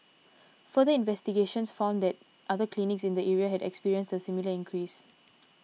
further investigations found that other clinics in the area had experienced a similar increase